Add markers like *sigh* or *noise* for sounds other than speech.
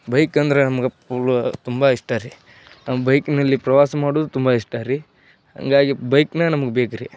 bike ಅಂದರೆ ನಮ್ಗೆ *unintelligible* ತುಂಬ ಇಷ್ಟ ರೀ ಬೈಕ್ನಲ್ಲಿ ಪ್ರವಾಸ ಮಾಡೋದು ತುಂಬ ಇಷ್ಟ ರೀ ಹಾಗಾಗಿ ಬೈಕ್ನೇ ನಮುಗೆ ಬೇಕ್ರಿ